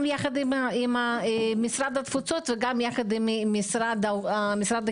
גם יחד עם משרד התפוצות, וגם יחד עם משרד החינוך.